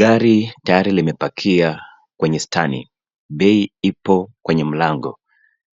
Gari tayari limepakia kwenye stani, bei ipo kwenye mlango,